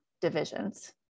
divisions